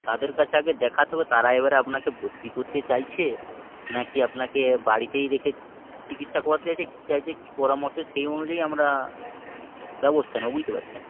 তাদের কাছে আগে দেখাতে হবে তারা এবারে আপনাকতসকভর্তি করতে চাইছে না কি আপনাকে বাড়িতেই রেখে চিকিৎসা করাতে চাইছে কী চাইছে কী পরামর্শে সেই অনুযায়ী আমরা ব্যবস্থা নেবো বুঝতে পারছেন